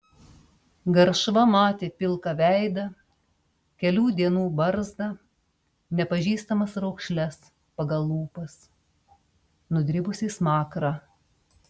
garšva matė pilką veidą kelių dienų barzdą nepažįstamas raukšles pagal lūpas nudribusį smakrą